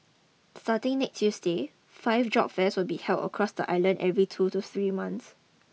starting next Tuesday five job fairs will be held across the island every two to three months